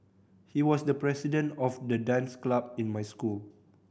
he was the president of the dance club in my school